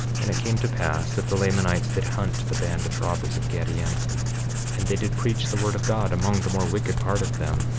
and it came to pass that the lamanites did hunt the band of robbers of gadianton and they did preach the word of god among the more wicked part of them,